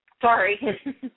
Sorry